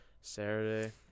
Saturday